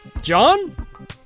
John